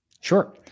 Sure